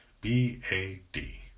B-A-D